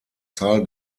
zahl